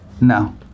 No